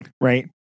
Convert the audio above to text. right